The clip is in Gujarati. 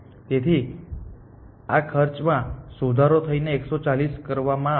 તેથી આ ખર્ચમાં સુધારો થઈને 140 કરવામાં આવશે